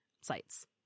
sites